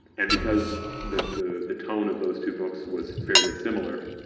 and because the the tone of those two books was fairly similar,